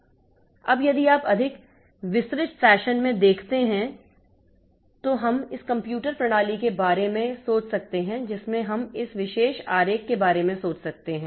अब यदि आप अधिक विस्तृत फैशन में देखते हैं तो हम इस कंप्यूटर प्रणाली के बारे में सोच सकते हैं जिसमें हम इस विशेष आरेख के बारे में सोच सकते हैं